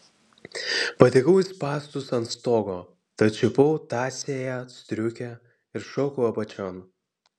patekau į spąstus ant stogo tad čiupau tąsiąją striukę ir šokau apačion